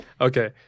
Okay